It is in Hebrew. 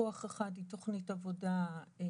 פיקוח אחד הוא תוכנית עבודה שנתית